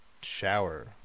shower